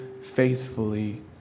faithfully